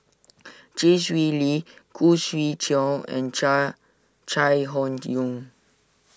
Chee Swee Lee Khoo Swee Chiow and Chai Chai Hon Yoong